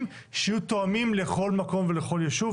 שיהיו תואמים לכל מקום ולכל ישוב.